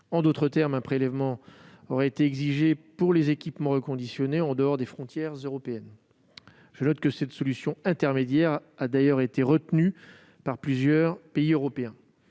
En d'autres termes, un prélèvement aurait été exigé pour les équipements reconditionnés en dehors des frontières européennes. Je note que cette solution intermédiaire a d'ailleurs été retenue par plusieurs pays européens.